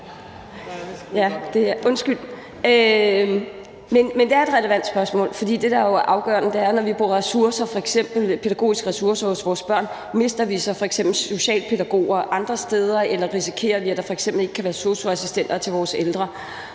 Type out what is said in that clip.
forkølet? Men det er et relevant spørgsmål, for det, der jo er afgørende, er, om vi, når vi bruger ressourcer, f.eks. pædagogiske ressourcer til vores børn, så mister socialpædagoger andre steder, eller om vi risikerer, at der f.eks. ikke kan være sosu-assistenter til vores ældre.